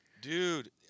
Dude